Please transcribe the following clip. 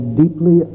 deeply